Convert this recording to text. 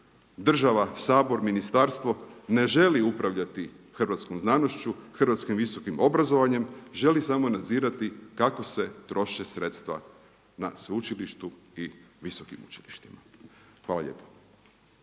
država, Sabor, ministarstvo ne želi upravljati hrvatskom znanošću, hrvatskim visokim obrazovanjem. Želi samo nadzirati kako se troše sredstva na sveučilištu i visokim učilištima. Hvala lijepo.